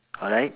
alright